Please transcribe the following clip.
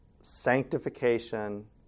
sanctification